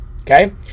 okay